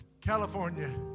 California